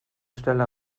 stelle